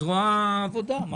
זרוע העבודה.